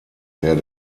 der